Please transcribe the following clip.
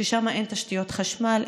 ששם אין תשתיות חשמל,